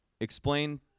Explain